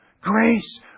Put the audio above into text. Grace